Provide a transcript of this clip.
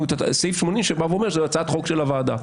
סעיף 80 שבא ואומר שזאת הצעת חוק של הוועדה.